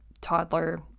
toddler